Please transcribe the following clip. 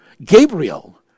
Gabriel